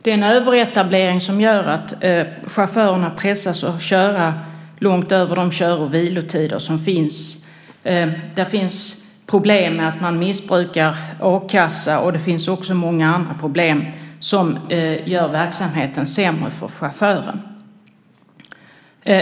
Det är en överetablering som gör att chaufförerna pressas att köra långt över de kör och vilotider som finns. Det finns problem med att man missbrukar a-kassa, och även många andra problem som gör verksamheten sämre för chauffören.